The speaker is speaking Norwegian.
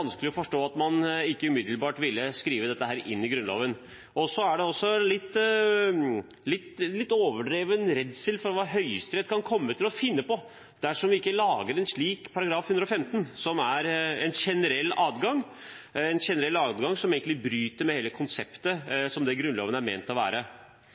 å forstå at man ikke umiddelbart ville skrive dette inn i Grunnloven. Så er det også en litt overdreven redsel for hva Høyesterett kan komme til å finne på dersom vi ikke lager en slik § 115, som er en generell adgang, en generell adgang som egentlig bryter med hele konseptet som Grunnloven er ment å være.